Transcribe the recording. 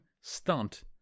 stunt